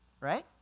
Right